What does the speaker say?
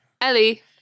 Ellie